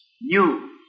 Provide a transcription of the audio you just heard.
New